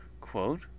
quote